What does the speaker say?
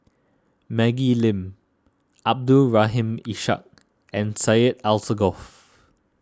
Maggie Lim Abdul Rahim Ishak and Syed Alsagoff